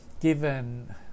given